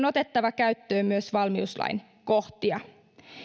otettava käyttöön myös valmiuslain kohtia